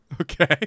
Okay